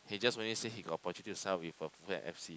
he just only say he got opportunity to sell with a fulham F_C